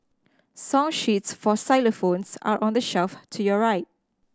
song sheets for xylophones are on the shelf to your right